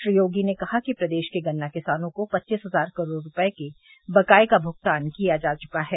श्री योगी ने कहा कि प्रदेश के गन्ना किसानों को पच्चीस हज़ार करोड़ रूपये के बक़ाये का भुगतान किया जा चुका है